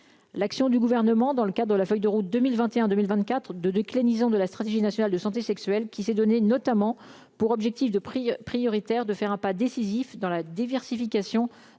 l'action du gouvernement dans le cas de la feuille de route 2021 2024 de de clef, disons, de la stratégie nationale de santé sexuelle qui s'est donné notamment pour objectif de prix prioritaire de faire un pas décisif dans la diversification